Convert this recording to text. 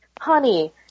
honey